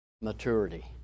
maturity